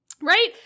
Right